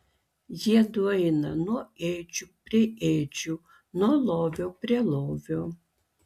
jiedu eina nuo ėdžių prie ėdžių nuo lovio prie lovio